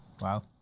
Wow